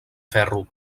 ferro